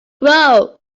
grow